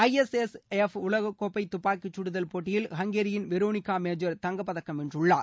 ஐ S S F உலகக்கோப்பை தப்பாக்கிச் கடுதல் போட்டியில் ஹங்கேரியின் வெரோனிக்கா மேஜர் தங்கப்பதக்கம் வென்றுள்ளார்